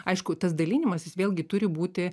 aišku tas dalinimasis vėlgi turi būti